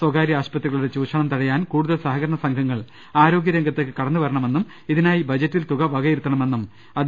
സ്ഥകാര്യ ആശുപത്രികളുടെ ചൂഷണം തട യാൻ കൂടുതൽ സഹകരണ സംഘങ്ങൾ ആരോഗൃ രംഗത്തേക്ക് കടന്നുവരണമെന്നും ഇതിനായി ബജറ്റിൽ തുക വകയിരുത്തണ മെന്നും അദ്ദേഹം പറഞ്ഞു